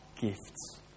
gifts